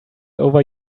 over